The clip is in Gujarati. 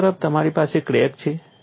એક તરફ તમારી પાસે ક્રેક છે